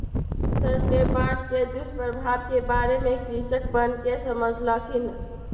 sir ने बाढ़ के दुष्प्रभाव के बारे में कृषकवन के समझल खिन